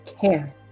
care